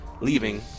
leaving